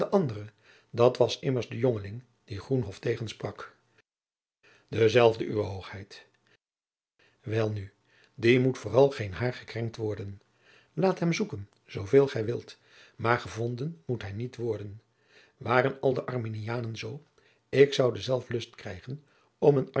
dat was immers de jongeling die groenhof tegensprak dezelfde uwe hoogheid welnu dien moet vooral geen hair gekrenkt worden laat hem zoeken zooveel gij wilt maar gevonden moet hij niet worden waren al de arminianen zoo ik zoude zelf lust krijgen om een